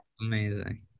amazing